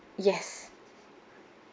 yes